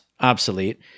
obsolete